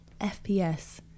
FPS